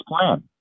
plan